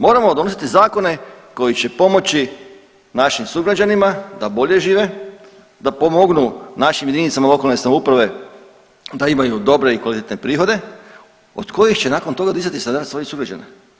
Moramo donositi zakone koji će pomoći našim sugrađanima da bolje žive, da pomognu našim jedinicama lokalne samouprave da imaju dobre i kvalitetne prihode od kojih će nakon toga dizati standard svojih sugrađana.